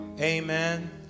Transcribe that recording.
Amen